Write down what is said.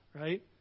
right